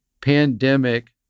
pandemic